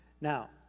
Now